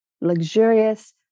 luxurious